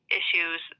issues